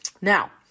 Now